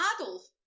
Adolf